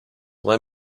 let